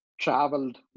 traveled